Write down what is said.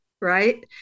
Right